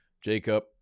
Jacob